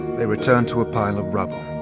they returned to a pile of rubble.